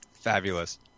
Fabulous